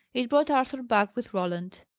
it brought arthur back with roland.